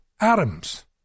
atoms